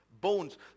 bones